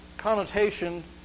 connotation